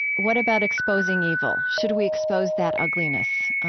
what about exposing evil? should we expose that ugliness?